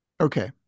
okay